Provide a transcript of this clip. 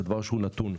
וזה דבר שהוא נתון.